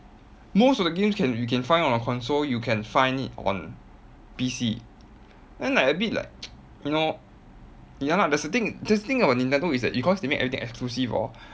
most of the games can you can find on console you can find it on P_C then like a bit like you know ya lah that's the thing that's the thing about nintendo is that because they make everything exclusive hor